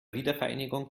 wiedervereinigung